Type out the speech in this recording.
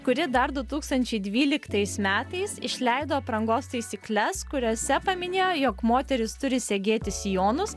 kuri dar du tūkstančiai dvyliktais metais išleido aprangos taisykles kuriose paminėjo jog moteris turi segėti sijonus